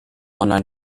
online